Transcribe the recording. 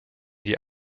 die